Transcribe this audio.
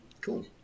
cool